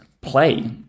play